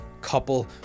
couple